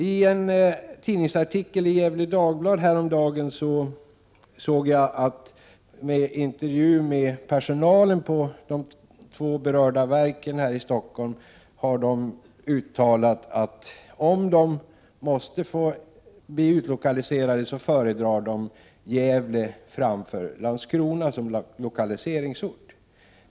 Jag har vidare i en artikeli Gefle Dagblad häromdagen sett en intervju med personalen på de två berörda verken här i Stockholm. Där uttalade man att om man måste bli utlokaliserad föredrar man Gävle framför Karlskrona som lokaliseringsort.